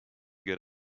good